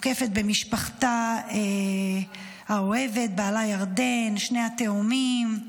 מוקפת במשפחתה האוהבת, בעלה ירדן, שני הילדים,